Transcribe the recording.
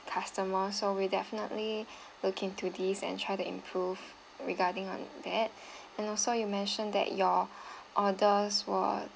customers so we'll definitely look into this and try to improve regarding on that and also you mentioned that your orders were